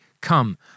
come